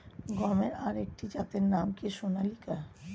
গমের আরেকটি জাতের নাম কি সোনালিকা?